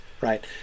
right